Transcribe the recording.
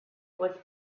was